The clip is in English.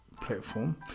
platform